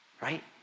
Right